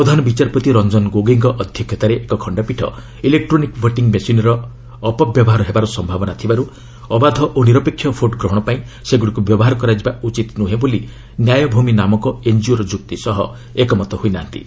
ପ୍ରଧାନ ବିଚାରପତି ରଞ୍ଜନ ଗୋଗୋଇଙ୍କ ଅଧ୍ୟକ୍ଷତାରେ ଏକ ଖଣ୍ଡପୀଠ ଇଲେକ୍ଟ୍ରୋନିକ୍ ଭୋଟିଂ ମିସିନ୍ର ଅପବ୍ୟବହାର ହେବାର ସମ୍ଭାବନା ଥିବାର୍ତ ଅବାଧ ଓ ନିରପେକ୍ଷ ଭୋଟ୍ଗ୍ରହଣ ପାଇଁ ସେଗୁଡ଼ିକୁ ବ୍ୟବହାର କରାଯିବା ଉଚିତ ନୁହେଁ ବୋଲି 'ନ୍ୟାୟଭୂମି' ନାମକ ଏନ୍କିଓର ଯୁକ୍ତି ସହ ଏକମତ ହୋଇ ନାହାନ୍ତି